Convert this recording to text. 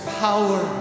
power